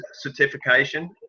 certification